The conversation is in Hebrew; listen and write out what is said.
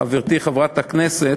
חברתי חברת הכנסת,